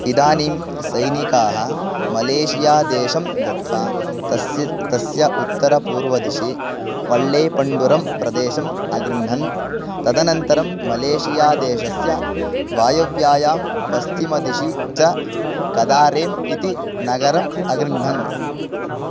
इदानीं सैनिकाः मलेशियादेशं गत्वा तस्य तस्य उत्तरपूर्वदिशि वळ्ळेपण्डुरं प्रदेशम् अग्रह्णन् तदनन्तरं मलेशियादेशस्य वायव्यायां पश्चिमदिशि च कदारेम् इति नगरम् अगृह्णन्